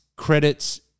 credits